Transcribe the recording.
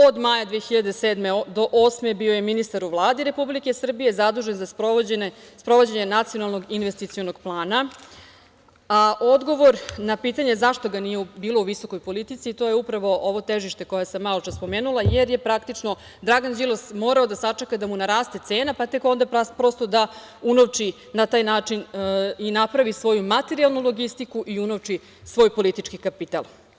Od maja 2007. do 2008. godine bio je ministar u Vladi Republike Srbije zadužen za sprovođenje nacionalnog investicionog plana, a odgovor na pitanje zašto ga nije bilo u visokoj politici to je upravo ovo težište koje sam maločas spomenula jer je praktično Dragan Đilas morao da sačeka da mu naraste cena pa tek onda prosto da unovči na taj način i napravi svoju materijalnu logistiku i unovči svoj politički kapital.